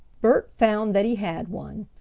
bert found that he had one,